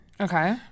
Okay